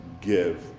give